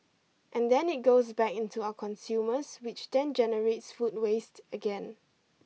and then it goes back into our consumers which then generates food waste again